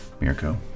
Mirko